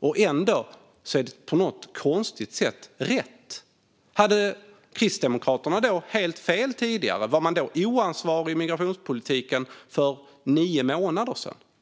och ändå är det på något konstigt sätt rätt. Hade Kristdemokraterna helt fel tidigare? Förde man alltså en oansvarig migrationspolitik för nio månader sedan?